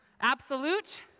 Absolute